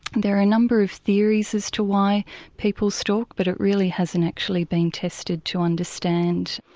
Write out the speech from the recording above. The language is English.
there are a number of theories as to why people stalk, but it really hasn't actually been tested, to understand,